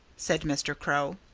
said mr. crow.